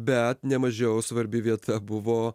bet nemažiau svarbi vieta buvo